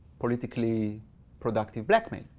politically productive blackmail.